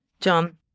John